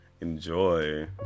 enjoy